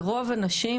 ורוב הנשים,